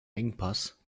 engpass